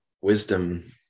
Wisdom